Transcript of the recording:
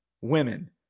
women